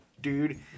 dude